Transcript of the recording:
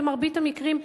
במרבית המקרים,